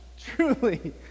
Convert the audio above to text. Truly